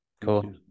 cool